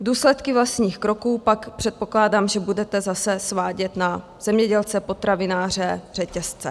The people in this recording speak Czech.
Důsledky vlastních kroků pak předpokládám, že budete zase svádět na zemědělce, potravináře, řetězce.